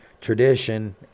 tradition